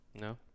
no